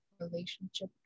relationship